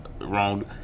wrong